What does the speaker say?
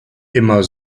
immer